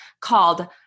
called